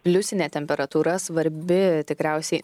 pliusinė temperatūra svarbi tikriausiai